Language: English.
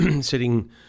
sitting